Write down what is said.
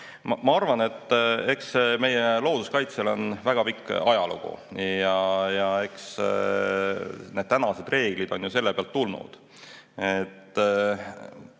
vastata? Meie looduskaitsel on väga pikk ajalugu ja eks need tänased reeglid on ju selle pealt tulnud.